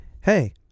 hey